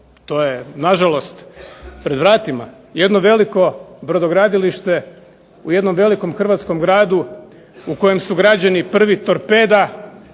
to je na žalost pred vratima, jedno veliko brodogradilište u jednom velikom hrvatskom gradu, u kojem su građeni prvi torpeda,